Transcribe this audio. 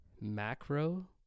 macro